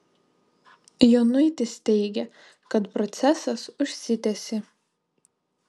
jonuitis teigia kad procesas užsitęsė